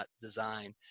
design